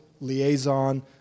liaison